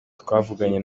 twavuganye